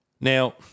Now –